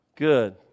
Good